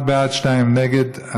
אחד בעד, שניים נגד.